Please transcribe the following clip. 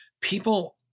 people